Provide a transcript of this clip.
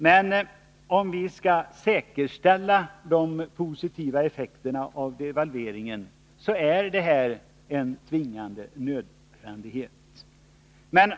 Men om vi skall säkerställa de positiva effekterna av devalveringen, är den här lösningen en tvingande nödvändighet.